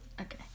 Okay